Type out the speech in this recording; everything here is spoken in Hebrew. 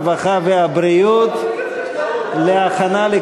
הרווחה והבריאות נתקבלה.